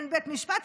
אין בית משפט?